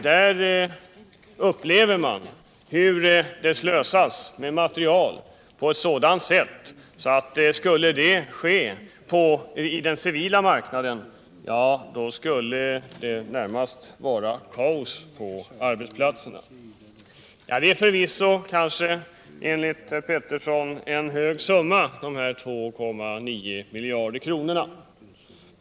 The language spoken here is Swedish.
Där upplever man hur det slösas med materiel på sådant sätt att om det skulle ske på den civila marknaden så skulle det vara närmast kaos på arbetsplatserna. Dessa 2,9 miljarder är kanske enligt herr Peterssons uppfattning en hög summa.